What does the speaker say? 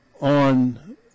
on